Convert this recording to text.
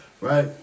right